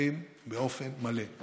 פתוחים באופן מלא.